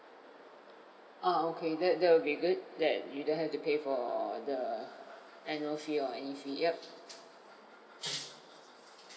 ah okay that that will be good that you don't have to pay for the annual fee or any fee yup